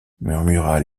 murmura